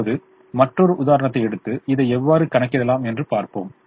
இப்போது மற்றொரு உதாரணத்தை எடுத்து இதை எவ்வாறு கணக்கிடலாம் என்று பார்ப்போம்